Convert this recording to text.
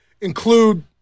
include